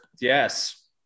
Yes